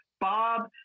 Bob